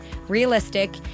realistic